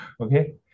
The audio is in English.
okay